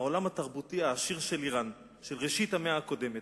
העולם התרבותי העשיר של אירן של ראשית המאה הקודמת.